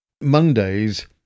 Mondays